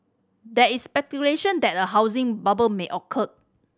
there is speculation that a housing bubble may occur